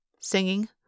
Singing